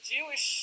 Jewish